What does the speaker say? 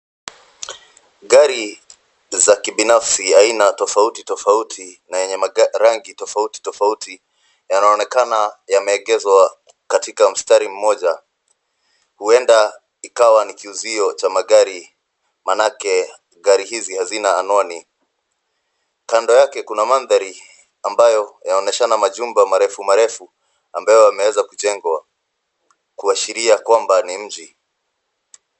Gari za kibinafsi aina tofauti tofauti na yenye marangi tofauti tofauti yanaonekana yameegezwa katika mstari moja. Huenda ikawa ni kiuzio cha magari manake gari hizi hazina anwani. Kando yake kuna mandhari ambayo yaonyeshana majumba marefu marefu ambayo yameweza kujengwa kuashiria kwamba ni mji.